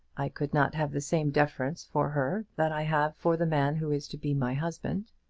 i could not have the same deference for her that i have for the man who is to be my husband.